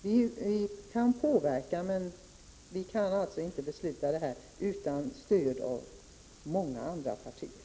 Vi kan påverka, men vi kan alltså inte besluta utan stöd av många andra partier.